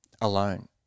alone